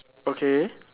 okay